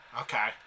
Okay